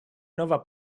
nova